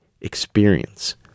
experience